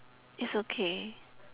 it's okay